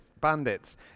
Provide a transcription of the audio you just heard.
bandits